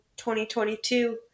2022